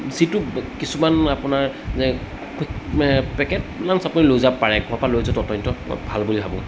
যিটো কিছুমান আপোনাৰ পেকেট লাঞ্চ আপুনি লৈ যাব পাৰে ঘৰৰ পৰা লৈ যোৱাটো অত্য়ন্ত ভাল বুলি ভাবোঁ